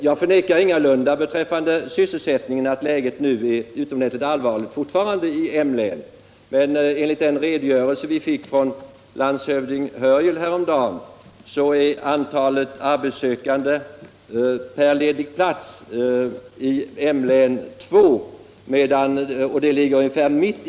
Jag förnekar ingalunda att sysselsättningsläget fortfarande är utomordentligt allvarligt i Malmöhus län, men enligt den redogörelse vi fick från landshövding Hörjel häromdagen är antalet arbetssökande per ledig plats i länet ungefär 2.